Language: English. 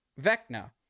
Vecna